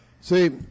See